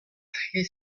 tri